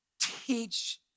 Teach